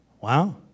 Wow